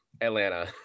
Atlanta